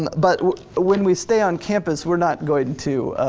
and but when we stay on campus we're not going to